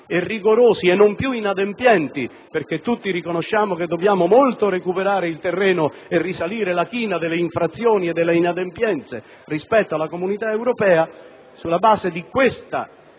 e rigorosi e non più inadempienti. Tutti, infatti, riconosciamo che dobbiamo recuperare molto terreno e risalire la china delle infrazioni e delle inadempienze rispetto alla Comunità europea. Sulla base di questa